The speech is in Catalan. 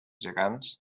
gegants